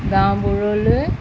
গাঁওবোৰলৈ